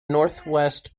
northwest